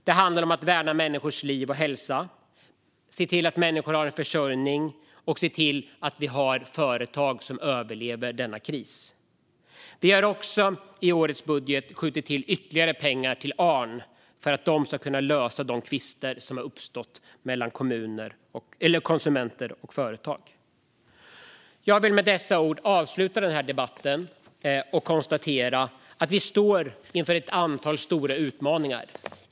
Det handlar om att värna människors liv och hälsa, se till att människor har en försörjning och se till att företag överlever denna kris. Vi har också i årets budget skjutit till ytterligare pengar till ARN för att den ska kunna lösa de tvister som har uppstått mellan konsumenter och företag. Jag vill med dessa ord avsluta mitt inlägg i debatten och konstatera att vi står inför ett antal stora utmaningar.